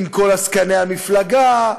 עם כל עסקני המפלגה,